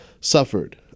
suffered